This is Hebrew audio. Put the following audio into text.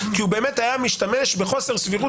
כי הוא באמת היה משתמש בחוסר סבירות